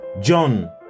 John